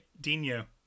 Dino